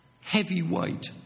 heavyweight